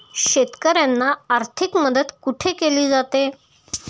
शेतकऱ्यांना आर्थिक मदत कुठे केली जाते?